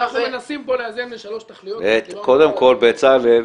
יש שלוש תכליות --- קודם כל, בצלאל,